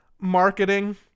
marketing